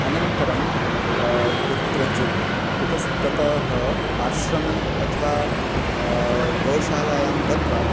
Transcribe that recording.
अनन्तरं कुत्रचित् इतस्ततः आश्रमे अथवा गोशालायां गत्वा